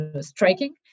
striking